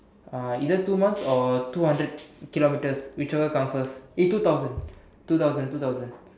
uh either two months or two hundred kilometers whichever come first eh two thousand two thousand two thousand